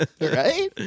right